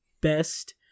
best